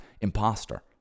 imposter